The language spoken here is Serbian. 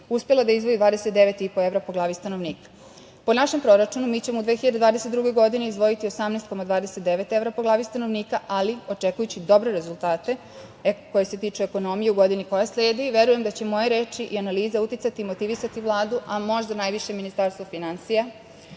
uspela da izdvoji 29,5 evra po glavni stanovnika. Po našem proračunu mi ćemo u 2022. godini izdvojiti 18,29 evra po glavni stanovnika, ali očekujući dobre rezultate koji se tiču ekonomije u godini koja sledi verujem da će moje reči i analiza uticati i motivisati Vladu, a možda najviše Ministarstvo finansija